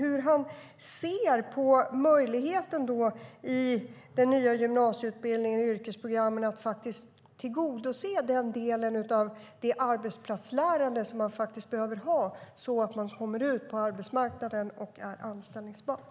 Hur ser han på möjligheten i den nya gymnasieutbildningen och yrkesprogrammen att tillgodose den del av arbetsplatslärandet som eleverna behöver ha så att de kommer ut på arbetsmarknaden och är anställbara?